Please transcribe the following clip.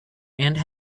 and